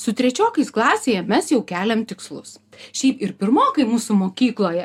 su trečiokais klasėje mes jau keliam tikslus šiaip ir pirmokai mūsų mokykloje